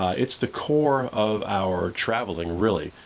it's the core of our traveling, really,